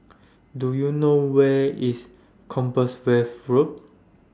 Do YOU know Where IS Compassvale Road